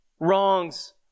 Wrongs